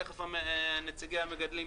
תכף יעירו עליו נציגי המגדלים,